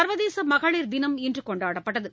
சர்வதேச மகளிர் தினம் இன்று கொண்டாடப்பட்டது